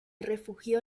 refugió